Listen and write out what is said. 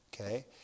okay